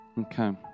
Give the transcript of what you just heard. Okay